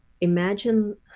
Imagine